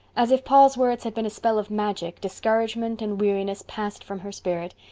as if paul's words had been a spell of magic, discouragement and weariness passed from her spirit,